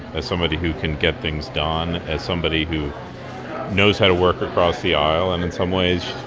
as somebody who can get things done, as somebody who knows how to work across the aisle. and in some ways,